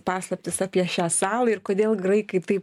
paslaptis apie šią salą ir kodėl graikai taip